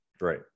Right